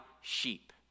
sheep